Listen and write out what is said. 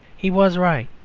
he was right.